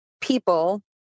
people